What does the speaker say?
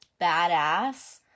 badass